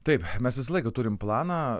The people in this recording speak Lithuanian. taip mes visą laiką turim planą